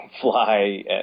fly